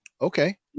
Okay